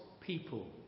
people